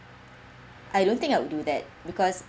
I don't think I will do that because